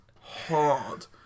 hard